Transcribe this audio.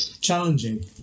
Challenging